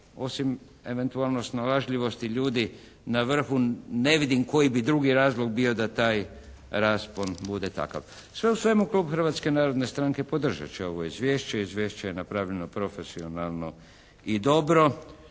osim eventualno snalažljivosti ljudi na vrhu ne vidim koji bi drugi razlog bio da taj raspon bude takav. Sve u svemu klub Hrvatske narodne stranke podržat će ovo izvješće. Izvješće je napravljeno profesionalno i dobro.